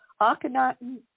Akhenaten